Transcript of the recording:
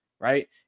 Right